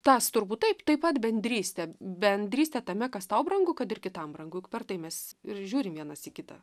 tas turbūt taip taip pat bendrystė bendrystė tame kas tau brangu kad ir kitam brangu per tai mes ir žiūrim vienas į kitą